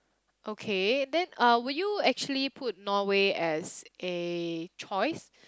okay then uh would you actually put Norway as a choice